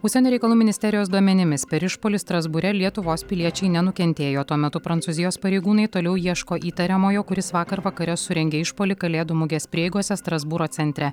užsienio reikalų ministerijos duomenimis per išpuolį strasbūre lietuvos piliečiai nenukentėjo tuo metu prancūzijos pareigūnai toliau ieško įtariamojo kuris vakar vakare surengė išpuolį kalėdų mugės prieigose strasbūro centre